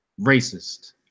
racist